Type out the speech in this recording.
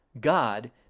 God